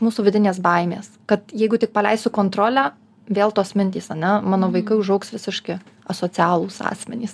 mūsų vidinės baimės kad jeigu tik paleisiu kontrolę vėl tos mintys ane mano vaikai užaugs visiški asocialūs asmenys